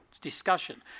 Discussion